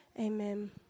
Amen